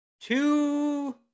two